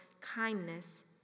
kindness